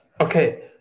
Okay